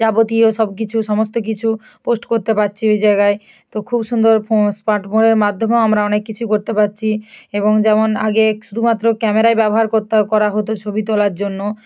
যাবতীয় সব কিছু সমস্ত কিছু পোস্ট করতে পারছি ওই জায়গায় তো খুব সুন্দর স্মার্ট ফোনের মাধ্যমেও আমরা অনেক কিছু করতে পারছি এবং যেমন আগে শুধুমাত্র ক্যামেরাই ব্যবহার করত করা হতো ছবি তোলার জন্য